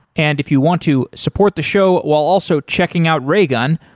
and if you want to support the show while also checking out raygun,